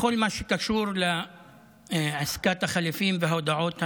בכל מה שקשור לעסקת החליפין וההודעות המנוגדות,